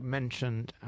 mentioned